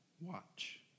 watch